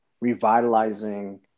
revitalizing